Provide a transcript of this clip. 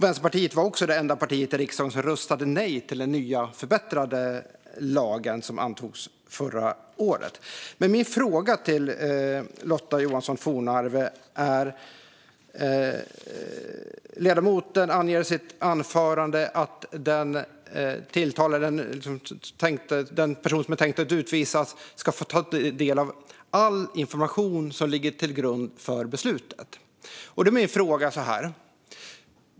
Vänsterpartiet var också det enda parti i riksdagen som röstade nej till den nya förbättrade lagen som antogs förra året. Lotta Johnsson Fornarve anger i sitt anförande att den person som är tänkt att utvisas ska ta få ta del av all information som ligger till grund för beslutet.